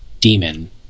demon